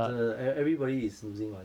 真的 ev~ everybody is losing money